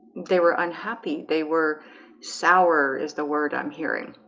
they were unhappy they were sour as the word i'm hearing